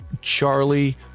Charlie